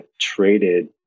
traded